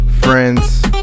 friends